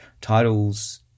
titles